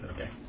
Okay